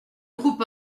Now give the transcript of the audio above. groupe